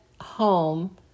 home